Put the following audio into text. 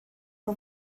nhw